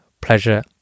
pleasure